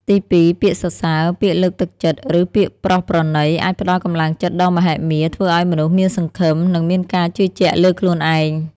ទីពីរ ពាក្យសរសើរ ពាក្យលើកទឹកចិត្ត ឬ ពាក្យប្រោសប្រណី អាចផ្ដល់កម្លាំងចិត្តដ៏មហិមា ធ្វើឱ្យមនុស្សមានសង្ឃឹម និងមានការជឿជាក់លើខ្លួនឯង។